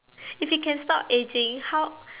if you can stop ageing how